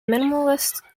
minimalist